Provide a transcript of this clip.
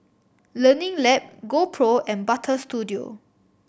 Learning Lab GoPro and Butter Studio